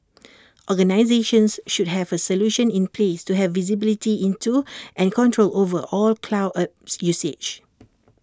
organisations should have A solution in place to have visibility into and control over all cloud apps usage